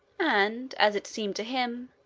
and, as it seemed to him,